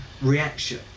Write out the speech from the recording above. reaction